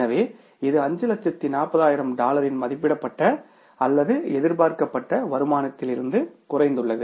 எனவே இது 540000 டாலரின் மதிப்பிடப்பட்ட அல்லது எதிர்பார்க்கப்பட்ட வருமானத்திலிருந்து குறைந்துள்ளது